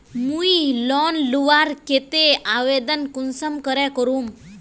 मुई लोन लुबार केते आवेदन कुंसम करे करूम?